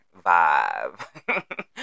vibe